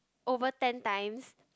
over ten times